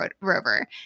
Rover